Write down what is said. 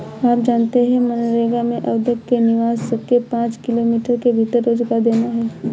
आप जानते है मनरेगा में आवेदक के निवास के पांच किमी के भीतर रोजगार देना है?